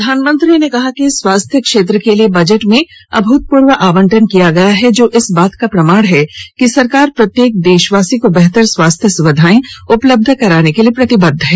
प्रधानमंत्री ने कहा कि स्वास्थ्य क्षेत्र के लिए बजट में अभूतपूर्व आवंटन किया गया है जो इस बात का प्रमाण है कि सरकार प्रत्येक देशवासी को बेहतर स्वास्थ्य सुविधाएं उपलब्ध कराने के लिए प्रतिबद्ध है